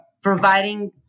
providing